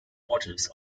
waters